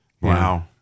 Wow